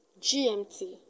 GMT